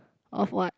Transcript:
of what